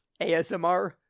asmr